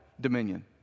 Dominion